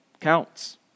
counts